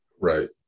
Right